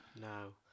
No